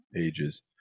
ages